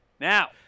Now